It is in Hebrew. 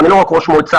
אני לא רק ראש מועצה